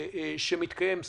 שמתקיים סביבנו.